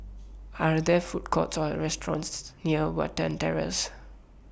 Are There Food Courts Or restaurants near Watten Terrace